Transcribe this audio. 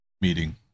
meeting